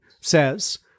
says